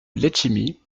letchimy